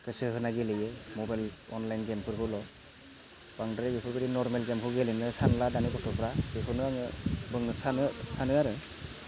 गोसो होना गेलेयो मबाइल अनलाइन गेमफोरखौल' बांद्राय बेफोरबायदि नरमेल गेमखौ गेलेनायाव सानला दानि गथ'फोरा बेखौनो आङो बुंनो सानो सानो आरो